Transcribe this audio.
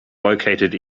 located